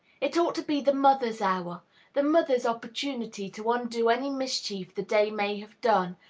it ought to be the mother's hour the mother's opportunity to undo any mischief the day may have done,